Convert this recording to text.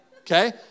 Okay